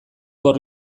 hor